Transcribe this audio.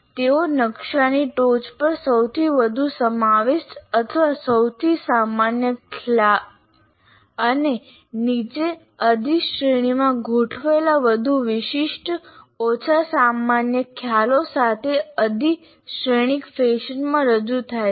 તેઓ નકશાની ટોચ પર સૌથી વધુ સમાવિષ્ટ અથવા સૌથી સામાન્ય ખ્યાલો અને નીચે અધિશ્રેણિક માં ગોઠવાયેલા વધુ વિશિષ્ટ ઓછા સામાન્ય ખ્યાલો સાથે અધિશ્રેણિકફેશનમાં રજૂ થાય છે